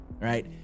right